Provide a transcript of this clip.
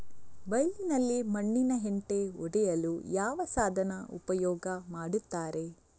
ಬೈಲಿನಲ್ಲಿ ಮಣ್ಣಿನ ಹೆಂಟೆ ಒಡೆಯಲು ಯಾವ ಸಾಧನ ಉಪಯೋಗ ಮಾಡುತ್ತಾರೆ?